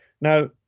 Now